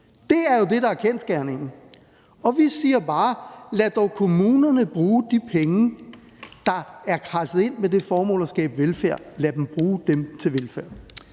Det er jo det, der er kendsgerningen. Og vi siger bare, at lad dog kommunerne bruge de penge, der er kradset ind med det formål at skabe velfærd – lad dem bruge dem til velfærd.